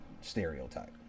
Stereotype